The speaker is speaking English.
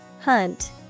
Hunt